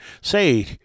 Say